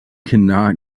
cannot